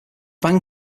band